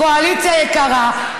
קואליציה יקרה,